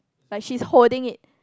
but she's holding it